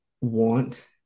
want